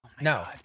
No